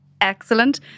excellent